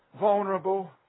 vulnerable